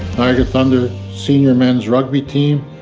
niagara thunder senior men's rugby team,